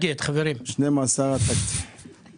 את זה אתם מנסים להרוס.